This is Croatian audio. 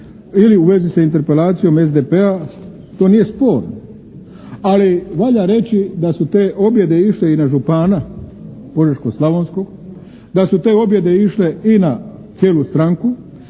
ili u vezi sa interpelacijom SDP-a, to nije sporno ali valja reći da su te objede išle i na župana požeško-slavonskog, da su te objede išle i na cijelu stranku